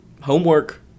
Homework